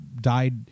died